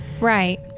right